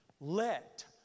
Let